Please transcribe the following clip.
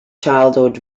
childhood